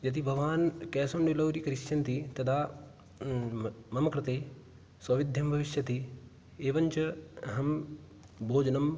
यदि भवान् cash on delivery करिष्यन्ति तदा मम कृते सौविध्यं भविष्यति एवञ्च अहं भोजनं